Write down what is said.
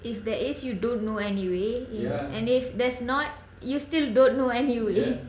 if there is you don't know anyway and if there's not you still don't know anyway